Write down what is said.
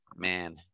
Man